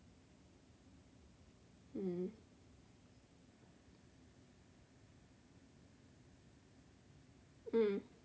mm mm